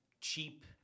cheap